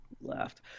Laughed